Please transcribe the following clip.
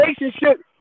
relationship